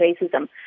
racism